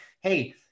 hey